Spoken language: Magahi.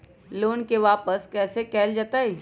लोन के वापस कैसे कैल जतय?